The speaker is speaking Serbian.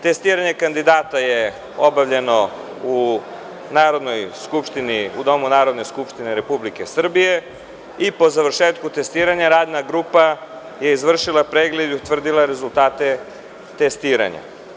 Testiranje kandidata je obavljeno u Domu Narodne skupštine Republike Srbije i po završetku testiranja radna grupa je izvršila pregled i utvrdila rezultate testiranja.